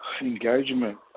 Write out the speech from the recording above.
engagement